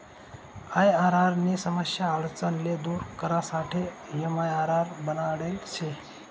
IRR नी समस्या आडचण ले दूर करासाठे एमआईआरआर बनाडेल शे